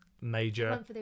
major